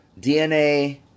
DNA